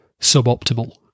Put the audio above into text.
suboptimal